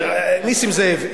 נסים זאב,